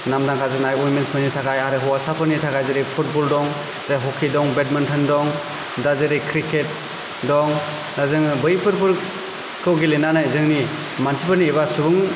नामदांखा जानाय युमेनसफोरनि थाखाय आरो हौवासाफोरनि थाखाय फुटबल दं हकि दं बेदमिनटन दं दा जेरै क्रिकेट दं दा जोङो बैफोरखौ गेलेनानै मानसिफोरनि बा सुबुंफोरनि